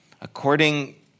According